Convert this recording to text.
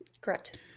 Correct